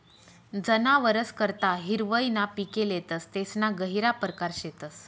जनावरस करता हिरवय ना पिके लेतस तेसना गहिरा परकार शेतस